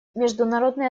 международные